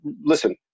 listen